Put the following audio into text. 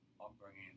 upbringing